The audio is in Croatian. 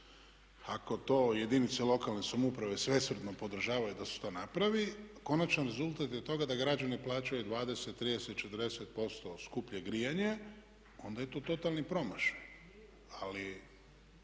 ako to jedinice lokalne samouprave svesrdno podržavaju da se to napravi konačan rezultat je toga da građani plaćaju 20, 30, 40% skuplje grijanje onda je to totalni promašaj. Ali